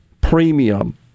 premium